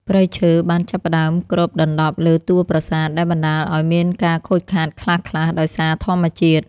ព្រៃឈើបានចាប់ផ្តើមគ្របដណ្តប់លើតួប្រាសាទ ដែលបណ្តាលឱ្យមានការខូចខាតខ្លះៗដោយសារធម្មជាតិ។